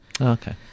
okay